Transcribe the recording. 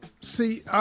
see